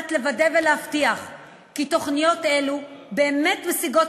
מנת לוודא ולהבטיח כי תוכניות אלו באמת משיגות